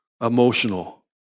emotional